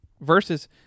versus